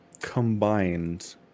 Combined